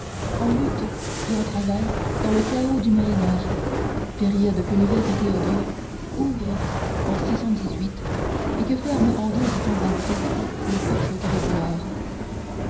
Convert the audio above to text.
en lutte et en travail dans le chaos du moyen âge période que l'évêque théodore ouvre en et que ferme en le pape grégoire